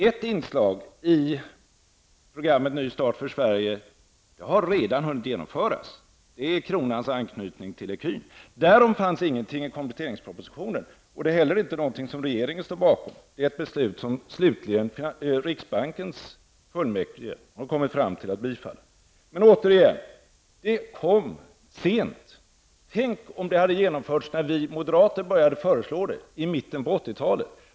Ett inslag i programmet Ny start för Sverige har redan hunnit genomföras. Det är kronans anknytning till ecun. Därom fanns ingenting i kompletteringspropositionen. Det är inte heller någonting som regeringen står bakom. Det är ett beslut som riksbanksfullmäktige slutligen har kommit fram till att bifalla. Men det kom återigen sent. Tänk om det hade genomförts när vi moderater förslog de i mitten av 80-talet.